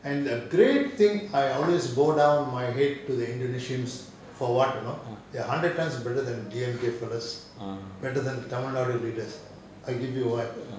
and the great thing I always bow down my head to the indonesians for what you know they are hundred times better than D_M_K fellows better than tamilnadu leaders I give you [what]